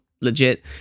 legit